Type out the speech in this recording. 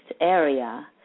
area